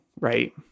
right